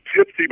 tipsy